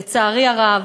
לצערי הרב,